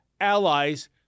allies